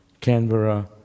Canberra